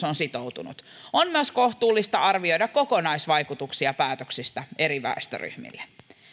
on sitoutunut on myös kohtuullista arvioida kokonaisvaikutuksia päätöksistä eri väestöryhmiin